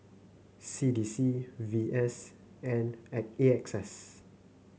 C D C V S and A E X S